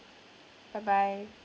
bye bye